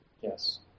Yes